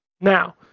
Now